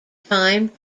time